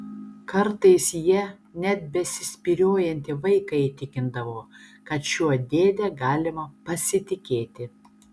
kartais ja net besispyriojantį vaiką įtikindavo kad šiuo dėde galima pasitikėti